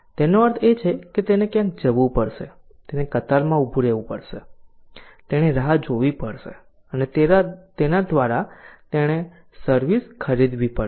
તેનો અર્થ એ છે કે તેને ક્યાંક જવું પડશે તેને કતારમાં ઉભા રહેવું પડશે તેણે રાહ જોવી પડશે અને તેના દ્વારા તેણે સર્વિસ ખરીદવી પડશે